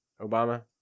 Obama